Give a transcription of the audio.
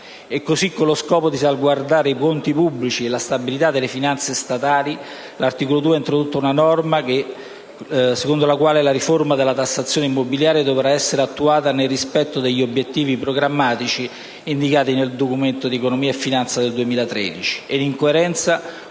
misure. Con lo scopo di salvaguardare i conti pubblici e la stabilità delle finanze statali, l'articolo 2 ha introdotto una norma secondo la quale la riforma della tassazione immobiliare dovrà essere attuata nel rispetto degli obiettivi programmatici indicati nel Documento di economia e finanza 2013